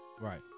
Right